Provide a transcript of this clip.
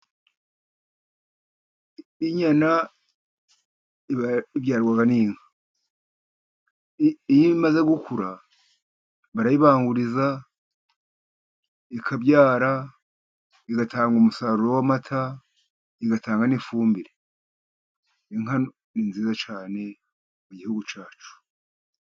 Inyana ibyarwa n'inka. Iyo imaze gukura barayibanguriza, ikabyara, igatanga umusaruro w'amata, igatanga n'ifumbire. Inka ni nziza cyane mu gihugu cyacu.